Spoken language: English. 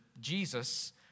Jesus